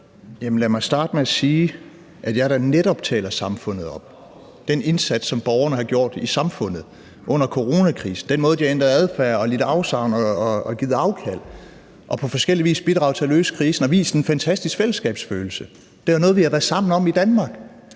mig starte med at sige, at jeg da netop taler samfundet op – i forhold til den indsats, som borgerne har gjort i samfundet under coronakrisen; den måde, de har ændret adfærd og lidt afsavn og givet afkald på, og på forskellig vis har bidraget til at løse krisen og vist en fantastisk fællesskabsfølelse. Det er jo noget, vi har været sammen om i Danmark.